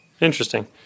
Interesting